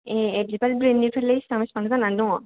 ए ए बिबार ब्रेण्डनिफ्रायलाइ बिसिबां बिसिबां जानानै दङ